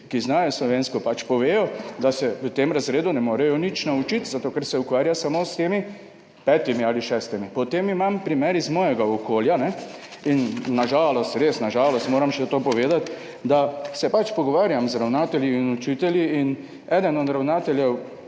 ki znajo slovensko, pač povedo, da se v tem razredu ne morejo nič naučiti, zato ker se ukvarja samo s temi petimi ali šestimi. Potem imam primer iz mojega okolja. In na žalost, res na žalost, moram še to povedati, da se pač pogovarjam z ravnatelji in učitelji in eden od ravnateljev